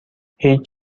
هیچ